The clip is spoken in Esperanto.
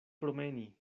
promeni